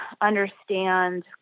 understand